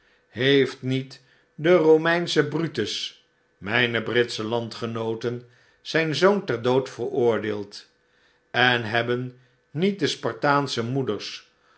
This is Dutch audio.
heeft niet de romeinsche brutus mijne britsche landgenooten zijn zoon ter dood veroordeeld en hebben niet de spartaansche moeders